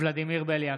ולדימיר בליאק,